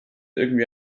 irgendwie